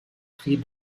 prix